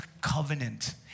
Covenant